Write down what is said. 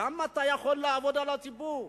כמה אתה יכול לעבוד על הציבור?